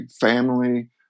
family